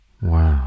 Wow